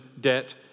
debt